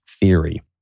theory